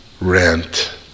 rent